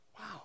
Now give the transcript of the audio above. Wow